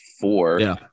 four